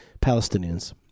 Palestinians